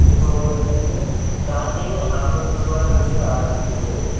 இப்போது உங்களுக்கு வந்து ஸ்டார்ட்டிங் ஐம்பது ரூபாயிலேருந்து ஆரம்பிக்குது